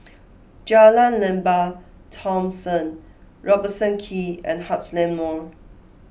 Jalan Lembah Thomson Robertson Quay and Heartland Mall